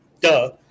duh